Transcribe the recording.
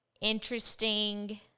interesting